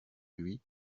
lui